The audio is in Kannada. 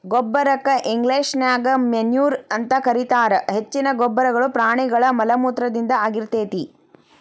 ಗೊಬ್ಬರಕ್ಕ ಇಂಗ್ಲೇಷನ್ಯಾಗ ಮೆನ್ಯೂರ್ ಅಂತ ಕರೇತಾರ, ಹೆಚ್ಚಿನ ಗೊಬ್ಬರಗಳು ಪ್ರಾಣಿಗಳ ಮಲಮೂತ್ರದಿಂದ ಆಗಿರ್ತೇತಿ